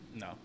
No